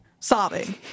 Sobbing